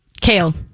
Kale